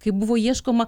kaip buvo ieškoma